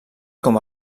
com